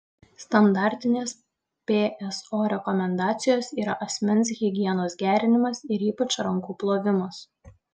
standartinės pso rekomendacijos yra asmens higienos gerinimas ir ypač rankų plovimas